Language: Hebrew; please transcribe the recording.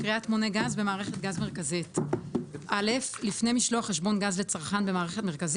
"קריאת מונה גז3.(א) לפני משלוח חשבון גז לצרכן במערכת מרכזית,